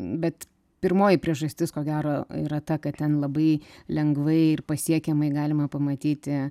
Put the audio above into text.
bet pirmoji priežastis ko gero yra ta kad ten labai lengvai ir pasiekiamai galima pamatyti